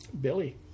Billy